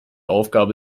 aufgabe